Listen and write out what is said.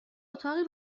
اتاقی